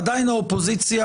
עדיין האופוזיציה,